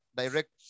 direct